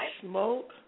smoke